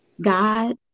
God